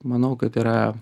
manau kad yra